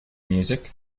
music